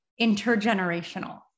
intergenerational